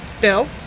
Bill